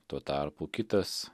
tuo tarpu kitas